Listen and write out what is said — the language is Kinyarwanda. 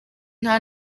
nta